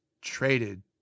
traded